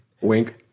Wink